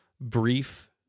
brief